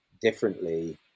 differently